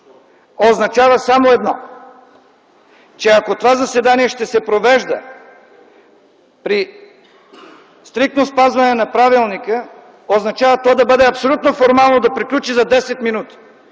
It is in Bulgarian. означава само едно – че ако това заседание ще се провежда при стриктно спазване на правилника, означава то да бъде абсолютно формално – да приключи за 10 минути.